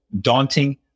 daunting